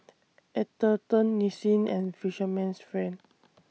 Atherton Nissin and Fisherman's Friend